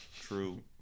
True